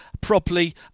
properly